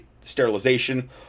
sterilization